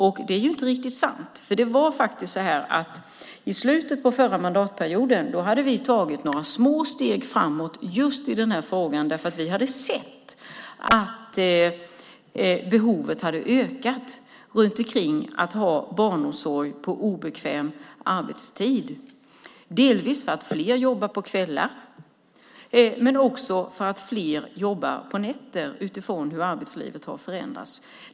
Men det är inte riktigt sant, för det var faktiskt så att i slutet av förra mandatperioden hade vi tagit några små steg framåt just i den här frågan. Vi hade sett att behovet av barnomsorg på obekväm arbetstid hade ökat, delvis för att fler jobbar på kvällar men också för att fler jobbar på nätterna som en följd av hur arbetslivet har förändrats.